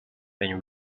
when